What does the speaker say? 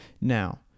Now